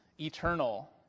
eternal